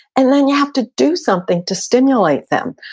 and then you have to do something to stimulate them.